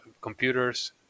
computers